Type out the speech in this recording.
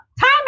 time